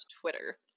Twitter